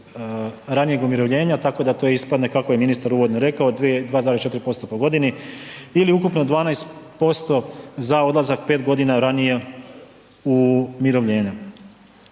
ranijeg umirovljenja tako da to ispadne kako je ministar uvodno rekao 2,4% po godini ili ukupno 12% za odlazak 5 godina ranije u umirovljenje.